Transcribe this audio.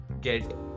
get